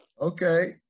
Okay